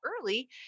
early